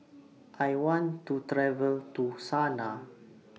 I want to travel to Sanaa